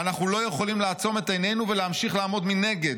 ואנחנו לא יכולים לעצום את עינינו ולהמשיך לעמוד מנגד',